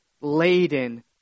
laden